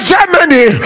Germany